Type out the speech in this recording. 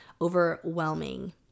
overwhelming